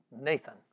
Nathan